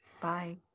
Bye